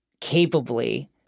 capably